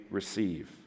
receive